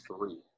three